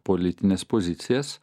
politines pozicijas